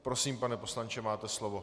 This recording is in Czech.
Prosím, pane poslanče, máte slovo.